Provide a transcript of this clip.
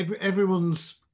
everyone's